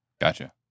Gotcha